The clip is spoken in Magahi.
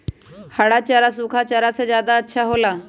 हरा चारा सूखा चारा से का ज्यादा अच्छा हो ला?